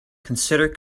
consider